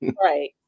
right